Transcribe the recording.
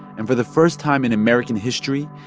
and for the first time in american history,